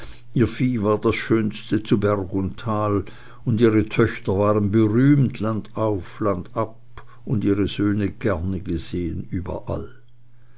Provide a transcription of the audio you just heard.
war das schönste zu berg und tal und ihre töchter waren berühmt landauf landab und ihre söhne gerne gesehen überall